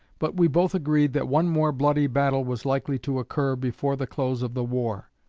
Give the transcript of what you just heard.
but we both agreed that one more bloody battle was likely to occur before the close of the war.